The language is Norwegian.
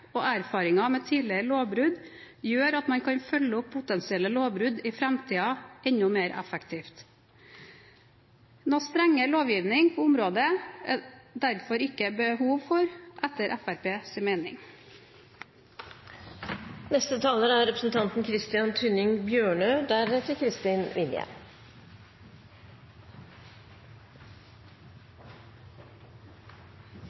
og erfaringer med tidligere lovbrudd gjør at man kan følge opp potensielle lovbrudd i framtiden enda mer effektivt. Noen strengere lovgivning på området er det derfor ikke behov for, etter Fremskrittspartiets mening. De offentlige skolene og skolene som er